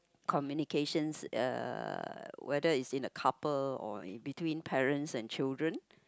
communications uh whether is in a couple or between parents and children